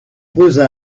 posa